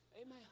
Amen